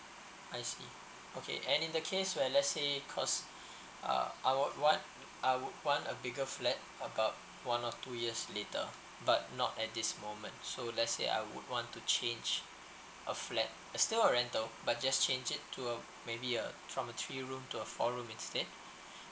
I see okay and in the case where let's say cause uh I would want I would want a bigger flat about one or two years later but not at this moment so let's say I would want to change a flat uh still a rental but change it to a maybe a from a three room to a four room instead